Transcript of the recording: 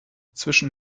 zwischen